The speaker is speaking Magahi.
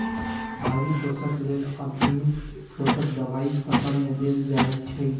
बाहरि पोषक लेल आधुनिक पोषक दबाई फसल में देल जाइछइ